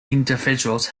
individuals